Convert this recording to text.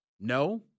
No